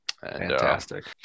Fantastic